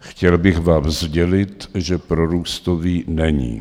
Chtěl bych vám sdělit, že prorůstový není.